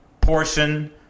portion